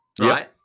right